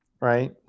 right